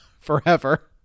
forever